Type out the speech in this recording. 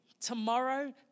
Tomorrow